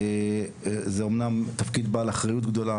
זה אומנם תפקיד בעל אחריות גדולה.